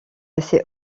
assez